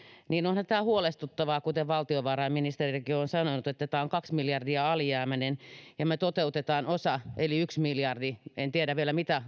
niin onhan tämä huolestuttavaa että kuten valtiovarainministerikin on sanonut tämä on kaksi miljardia alijäämäinen ja me toteutamme osan eli yksi miljardia valtion omaisuutta en tiedä vielä mitä